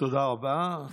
תודה רבה.